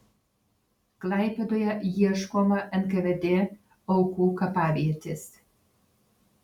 klaipėdoje ieškoma nkvd aukų kapavietės